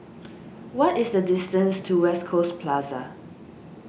what is the distance to West Coast Plaza